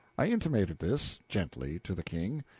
i intimated this, gently, to the king,